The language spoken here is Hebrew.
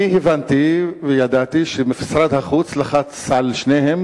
אני הבנתי וידעתי שמשרד החוץ לחץ על שניהם